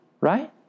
right